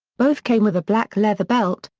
both came with a black leather belt,